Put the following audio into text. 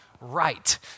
right